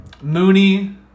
Mooney